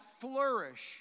flourish